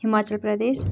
Himachal Pradesh